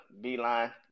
Beeline